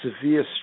severe